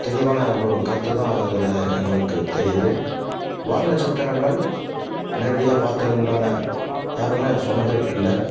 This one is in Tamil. தெளிவான ஒரு கருத்துதான் அதில் எங்களுக்கு தெரியுது வால் நட்சத்திரங்கள் நேரடியாக பார்த்ததுண்டான யாருமே அதை சொன்னது இல்லை